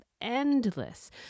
endless